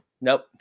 Nope